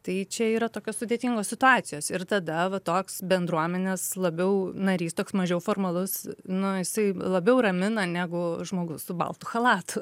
tai čia yra tokios sudėtingos situacijos ir tada toks bendruomenės labiau narys toks mažiau formalus nu jisai labiau ramina negu žmogus su baltu chalatu